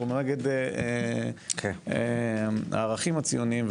רק נגד הערכים הציוניים.